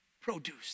produce